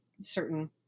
certain